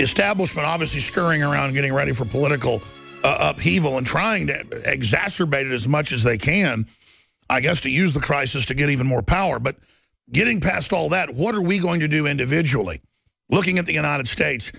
establishment obviously scurrying around getting ready for political upheaval and trying to exacerbate it as much as they can i guess to use the crisis to get even more power but getting past all that what are we going to do individually looking at the united states